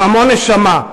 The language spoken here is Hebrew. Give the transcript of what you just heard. עם המון נשמה.